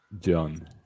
John